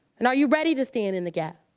and are you ready to stand in the gap?